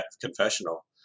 confessional